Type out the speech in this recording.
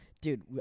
Dude